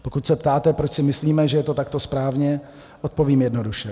Pokud se ptáte, proč si myslíme, že je to takto správně, odpovím jednoduše.